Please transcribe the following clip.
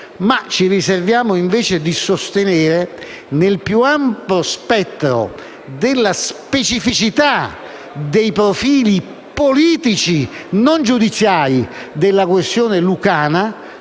Ma ci riserviamo invece di sostenere, nel più ampio spettro della specificità dei profili politici, non giudiziari, della questione lucana,